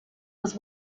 was